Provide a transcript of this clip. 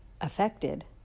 affected